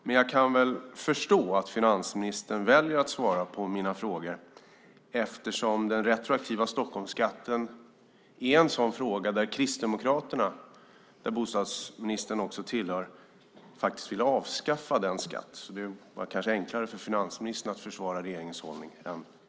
Men jag kan väl förstå att finansministern väljer att svara på mina frågor eftersom Kristdemokraterna, som bostadsministern tillhör, faktiskt vill avskaffa den här skatten. Därför var det kanske enklare för finansministern att försvara regeringens hållning.